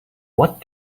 what